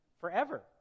forever